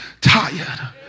tired